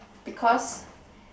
because